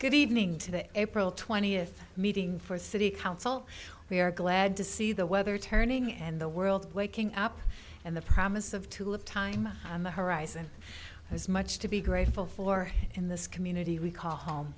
good evening to the twentieth meeting for city council we are glad to see the weather turning and the world waking up and the promise of to have time on the horizon has much to be grateful for in this community we call home